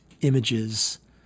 images